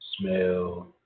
Smell